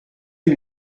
une